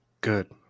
Good